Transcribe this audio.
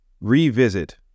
revisit